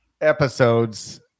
episodes